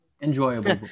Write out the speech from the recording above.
Enjoyable